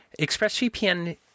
ExpressVPN